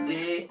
Day